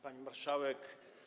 Pani Marszałek!